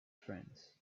friends